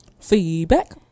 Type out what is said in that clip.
Feedback